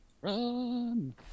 Run